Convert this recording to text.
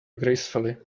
gracefully